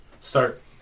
start